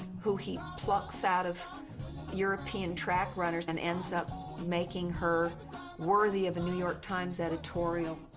who he plucks out of european track runners and ends up making her worthy of a new york times editorial,